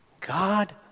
God